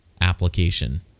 application